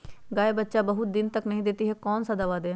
गाय बच्चा बहुत बहुत दिन तक नहीं देती कौन सा दवा दे?